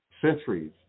centuries